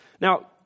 Now